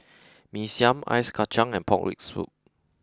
Mee Siam ice Kachang and pork rib soup